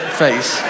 face